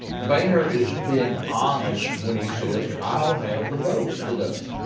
boehner is being honest when he says, i don't have the votes today.